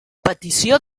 petició